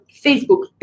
Facebook